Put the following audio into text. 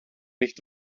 nicht